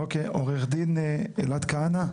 אוקיי, עורך דין אלעד כהנא.